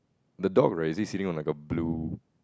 the dog right is he sitting on like a blue